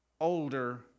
older